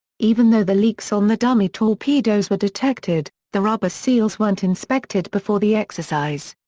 even though the leaks on the dummy torpedoes were detected, the rubber seals weren't inspected before the exercise.